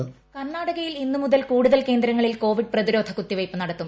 voice കർണാടകയിൽ ഇന്ന് മുതൽ കൂടുതൽ കേന്ദ്രങ്ങളിൽ കോവിഡ് പ്രതിരോധ കുത്തിവയ്പ് നടത്തും